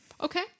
Okay